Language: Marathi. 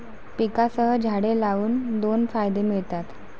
पिकांसह झाडे लावून दोन फायदे मिळतात